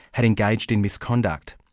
had engaged in misconduct.